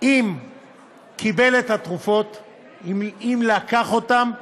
אם קיבל את התרופות, אם לקח אותן,